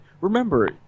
Remember